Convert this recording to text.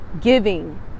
giving